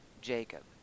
Jacob